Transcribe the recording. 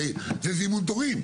זה זימון תורים,